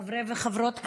חברי וחברות הכנסת,